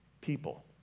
people